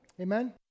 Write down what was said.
Amen